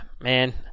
man